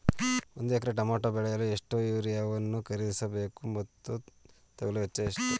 ಒಂದು ಎಕರೆ ಟಮೋಟ ಬೆಳೆಯಲು ಎಷ್ಟು ಯೂರಿಯಾವನ್ನು ಖರೀದಿಸ ಬೇಕು ಮತ್ತು ತಗಲುವ ವೆಚ್ಚ ಎಷ್ಟು?